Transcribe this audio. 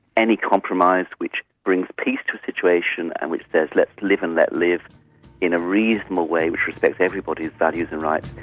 any compromise which brings peace to a situation and which there's let's live and let live in a reasonable way which respects everybody's values in life,